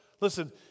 Listen